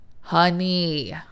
honey